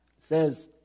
says